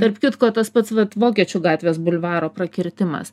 tarp kitko tas pats vat vokiečių gatvės bulvaro prakirtimas